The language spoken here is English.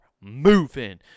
moving